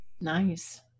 Nice